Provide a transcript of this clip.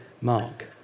Mark